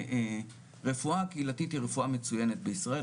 הרפואה הקהילתית היא רפואה מצוינת בישראל,